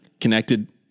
connected